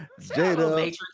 Jada